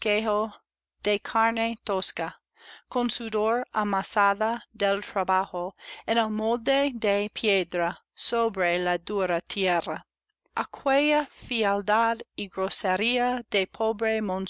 de carne tosca con sudor amasada del trabajo en el molde de piedra sobre la dura tierra aquella fealdad y grosería de